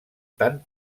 tan